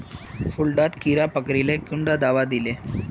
फुल डात कीड़ा पकरिले कुंडा दाबा दीले?